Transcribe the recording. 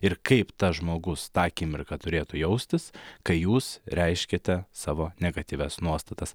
ir kaip tas žmogus tą akimirką turėtų jaustis kai jūs reiškiate savo negatyvias nuostatas